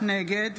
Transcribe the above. נגד